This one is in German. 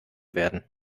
werden